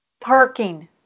Parking